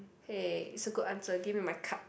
hey it's a good answer give me my card